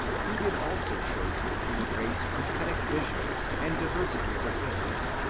who did also show to the human race prophetic visions, and diversities of gifts,